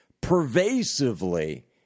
pervasively